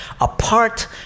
Apart